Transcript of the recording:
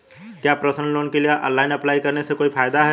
क्या personal loan के लिए ऑनलाइन अप्लाई करने से कोई फायदा है?